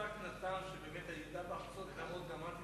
מוצדק מן הטעם שבאמת הירידה בהכנסות היתה דרמטית